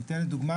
אני אתן דוגמה.